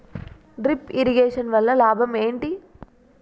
Drip irrigation వల్ల లాభం ఏంటి?